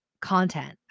content